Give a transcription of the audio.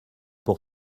pour